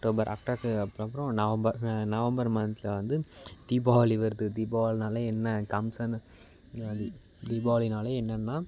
October அக்டக்கு அப்றப்றம் November November மந்த்தில் வந்து தீபாவளி வருது தீபாவளின்னாலே என்ன கம்சன் தீபாவளின்னாலே என்னென்னா